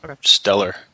Stellar